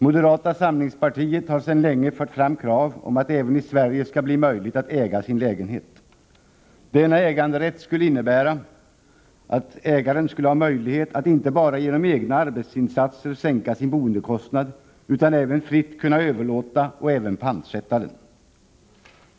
Moderata samlingspartiet har sedan länge fört fram krav om att det även i Sverige skall bli möjligt att äga sin lägenhet. Denna äganderätt skulle innebära att ägaren skulle ha möjlighet att inte bara genom egna arbetsinsatser sänka sin boendekostnad utan även fritt kunna överlåta och också pantsätta lägenheten.